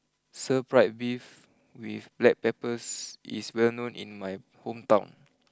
Stir Fried Beef with Black Peppers is well known in my hometown